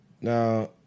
Now